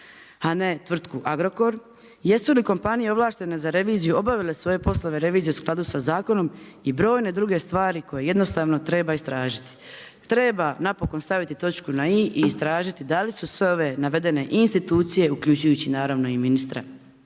a ne tvrtku Agrokor, jesu li kompanije ovlaštene za reviziju obavile svoje poslove revizije u skladu sa zakonom i brojne druge stvari koje jednostavno treba istražiti. Treba napokon staviti točku na i, i istražiti da li su sve ove navedene institucije uključujući i ministra